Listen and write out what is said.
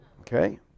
okay